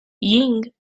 ying